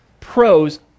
pros